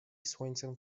słońcem